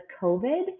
COVID